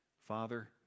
Father